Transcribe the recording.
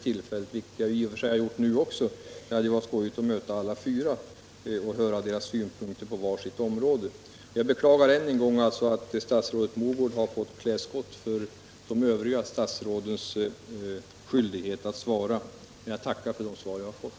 Det har jag gjort även denna gång, men det skulle ha varit skojigt att få möta alla fyra och höra deras synpunkter på vars och ens område. Jag beklagar än en gång att statsrådet Mogård har fått klä skott för de övriga statsråden. Jag tackar för de svar jag har fått.